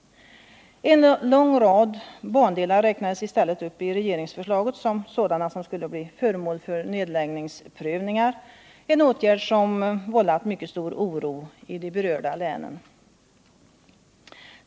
En lång rad bandelar räknades i stället upp i regeringsförslaget som sådana som skulle bli föremål för nedläggningsprövningar, en åtgärd som vållat mycket stor oro i de berörda länen.